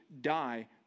die